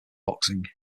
boxing